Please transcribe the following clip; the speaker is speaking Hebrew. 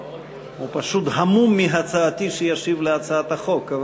הוא פשוט המום מהצעתי שישיב על הצעת החוק.